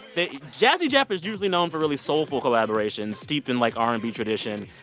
they jazzy jeff is usually known for really soulful collaborations steeped in, like, r and b tradition.